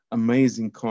amazing